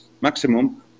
maximum